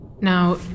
Now